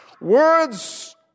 words